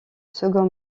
second